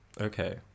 okay